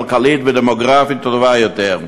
כלכלית ודמוגרפית טובה יותר,